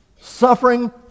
Suffering